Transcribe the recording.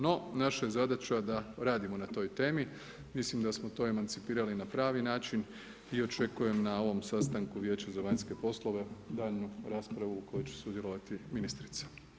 No, naša je zadaća da radimo na toj temi mislim da smo to emancipirali na pravi način i očekujem na ovom sastanku Vijeća za vanjske poslove daljnju raspravu u kojoj će sudjelovati ministrica.